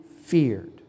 feared